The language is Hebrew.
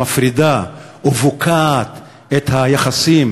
שמפרידה ובוקעת את היחסים